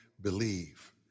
believe